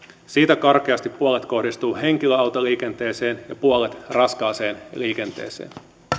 siitä karkeasti puolet kohdistuu henkilöautoliikenteeseen ja puolet raskaaseen liikenteeseen